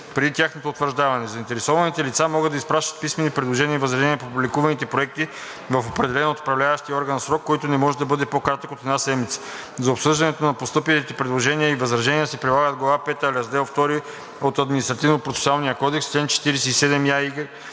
преди тяхното утвърждаване. Заинтересованите лица могат да изпращат писмени предложения и възражения по публикуваните проекти в определен от управляващия орган срок, който не може да бъде по-кратък от една седмица. За обсъждането на постъпилите предложения и възражения се прилага глава пета, раздел II от Административнопроцесуалния кодекс.“ В чл.